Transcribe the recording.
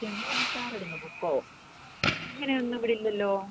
ചെമ്മീൻ അച്ചാർ ഇടുന്ന ബുക്കോ അങ്ങനെയൊന്ന് ഇവിടെ ഇല്ലല്ലോ